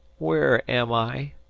where am i?